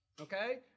Okay